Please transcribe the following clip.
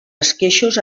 esqueixos